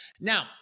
Now